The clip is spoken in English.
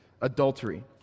adultery